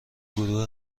گروه